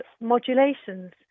modulations